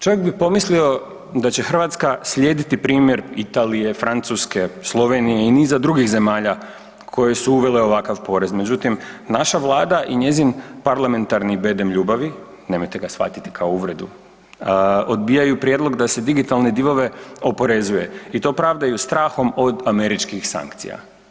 Čovjek bi pomislio da će Hrvatska slijediti primjer Italije, Francuske, Slovenije i niza drugih zemalja koje su uvele ovakav porez, međutim, naša Vlada i njezin parlamentarni bedem ljubavi, nemojte ga shvatiti kao uvredu, odbijaju prijedlog da se digitalne divove oporezuje i to pravdaju strahom od američkih sankcija.